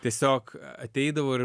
tiesiog ateidavo ir